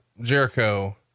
Jericho